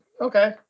Okay